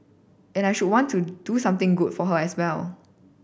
and I should want to do something good for her as well